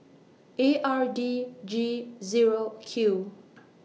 A R D G Zero Q